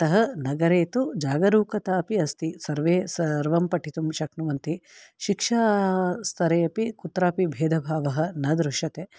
अतः नगरे तु जागरूकता अपि अस्ति सर्वे सर्वं पठितुं शक्नुवन्ति शिक्षास्तरे अपि कुत्रापि भेदभावः न दृश्यते